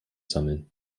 sammeln